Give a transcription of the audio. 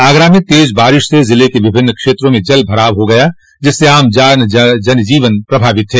आगरा में तेज बारिश से जिले के विभिन्न क्षेत्रों में जल भराव हो गया जिससे आम जनजीवन प्रभावित है